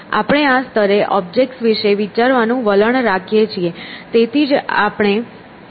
આપણે આ સ્તરે ઓબ્જેક્ટ્સ વિશે વિચારવાનું વલણ રાખીએ છીએ તેથી જ આપણે તેનાથી સહજતા અનુભવીએ છીએ